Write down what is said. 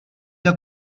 bien